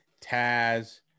taz